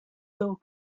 little